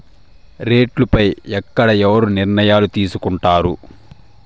రేట్లు పై ఎక్కడ ఎవరు నిర్ణయాలు తీసుకొంటారు?